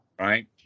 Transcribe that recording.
Right